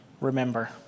remember